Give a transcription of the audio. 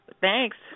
Thanks